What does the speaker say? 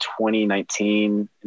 2019